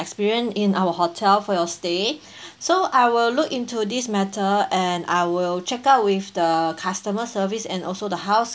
experience in our hotel for your stay so I will look into this matter and I will check out with the customer service and also the house